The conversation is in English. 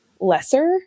lesser